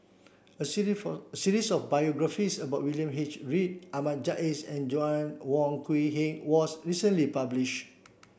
a for series of biographies about William H Read Ahmad Jais and Joanna Wong Quee Heng was recently published